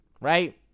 Right